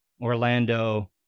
Orlando